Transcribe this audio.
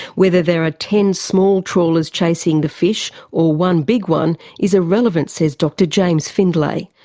whether there are ten small trawlers chasing the fish or one big one is irrelevant, says dr james findlay.